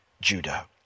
Judah